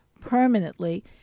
permanently